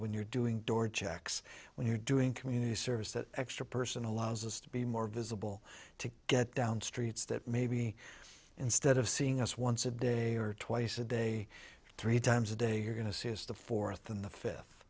when you're doing door checks when you're doing community service that extra person allows us to be more visible to get down streets that maybe instead of seeing us once a day or twice a day three times a day you're going to see is the fourth in the fifth